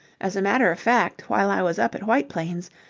as a matter of fact, while i was up at white plains,